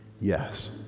Yes